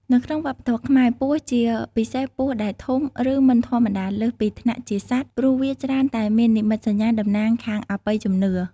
នៅក្នុងវប្បធម៌ខ្មែរ ពស់ ជាពិសេសពស់ដែលធំ ឬមិនធម្មតា លើសពីថ្នាក់ជាសត្វ ព្រោះវាច្រើនតែមាននិមិត្តសញ្ញាតំណាងខាងអបិយជំនឿ។